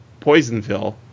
Poisonville